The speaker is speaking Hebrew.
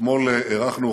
אתמול אירחנו,